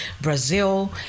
Brazil